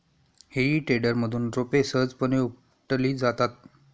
हेई टेडरमधून रोपे सहजपणे उपटली जातात